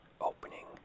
opening